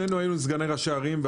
שנינו היינו סגני ראשי ערים,